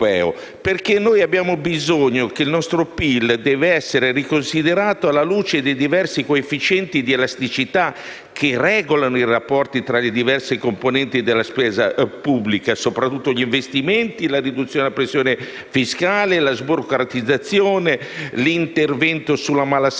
che regolano i rapporti tra le diverse componenti della spesa pubblica: in modo particolare gli investimenti, la riduzione della pressione fiscale, la sburocratizzazione, l'intervento sulla malasanità e la malagiustizia e la sottostante crescita economica, dal cui maggior sviluppo può derivare una riduzione di quel rapporto